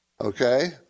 okay